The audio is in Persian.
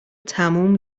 تموم